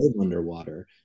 underwater